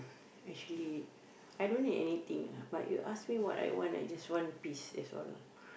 actually I don't need anything ah but you ask me what I want I just want peace that's all lah